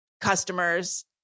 customers